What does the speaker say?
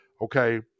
okay